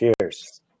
Cheers